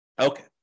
Okay